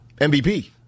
MVP